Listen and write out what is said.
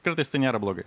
kartais tai nėra blogai